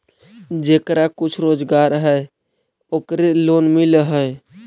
जेकरा कुछ रोजगार है ओकरे लोन मिल है?